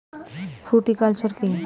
Fruticulture কী?